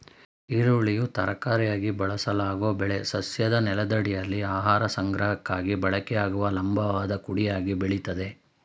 ಈರುಳ್ಳಿಯು ತರಕಾರಿಯಾಗಿ ಬಳಸಲಾಗೊ ಬೆಳೆ ಸಸ್ಯದ ನೆಲದಡಿಯಲ್ಲಿ ಆಹಾರ ಸಂಗ್ರಹಕ್ಕಾಗಿ ಬಳಕೆಯಾಗುವ ಲಂಬವಾದ ಕುಡಿಯಾಗಿ ಬೆಳಿತದೆ